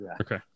Okay